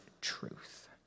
truth